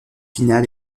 finale